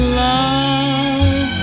love